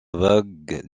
vague